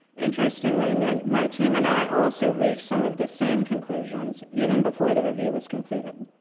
interestingly i mean my team and i also reached some of the same conclusions even before the review was completed.